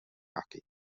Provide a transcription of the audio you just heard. rocky